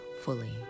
fully